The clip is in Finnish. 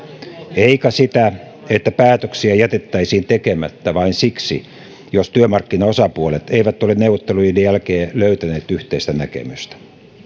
eikä sitä että päätöksiä jätettäisiin tekemättä vain siksi että työmarkkinaosapuolet eivät ole neuvotteluiden jälkeen löytäneet yhteistä näkemystä